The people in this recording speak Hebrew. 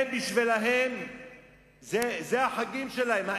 בשבילם אלה החגים שלהם,